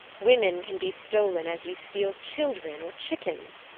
women can be stolen as you steal children or chickens?